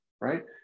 Right